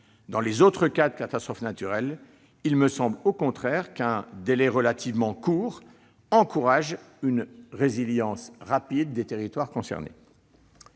Dans les autres cas de catastrophes naturelles, il me semble au contraire qu'un délai relativement court encourage une résilience rapide des territoires concernés.